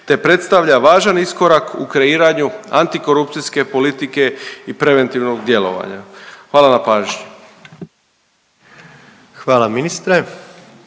te predstavlja važan iskorak u kreiranju antikorupcijske politike i preventivnog djelovanja. Hvala na pažnji. **Jandroković,